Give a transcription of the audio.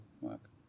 work